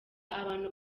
abantu